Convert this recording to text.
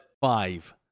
Five